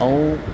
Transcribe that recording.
ऐं